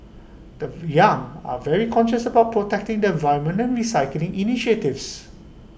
the young are very conscious about protecting the environment and recycling initiatives